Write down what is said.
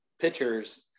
pitchers